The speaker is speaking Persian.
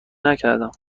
نکردم